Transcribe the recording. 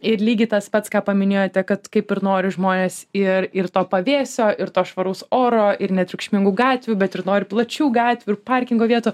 ir lygiai tas pats ką paminėjote kad kaip ir nori žmonės ir ir to pavėsio ir to švaraus oro ir netriukšmingų gatvių bet ir nori plačių gatvių ir parkingo vietų